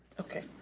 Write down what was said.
okay,